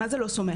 מה זה לא סומכת,